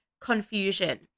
confusion